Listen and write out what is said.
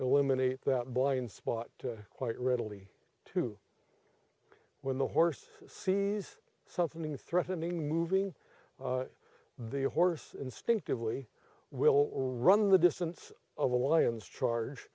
eliminate that blind spot quite readily to when the horse sees something threatening moving the horse instinctively will run the distance of the lions charge